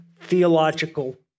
theological